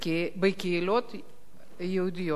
בקהילות יהודיות.